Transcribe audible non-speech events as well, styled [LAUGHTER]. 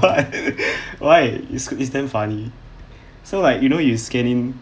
what [NOISE] why is is damn funny so like you know you scan in